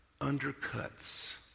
undercuts